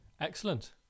excellent